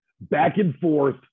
back-and-forth